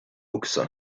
hawks